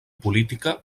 política